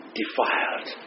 defiled